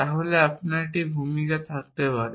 তাহলে আপনার একটি ভূমিকা থাকতে পারে